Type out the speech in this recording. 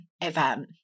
event